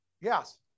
Yes